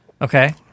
Okay